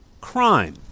crime